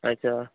अच्छा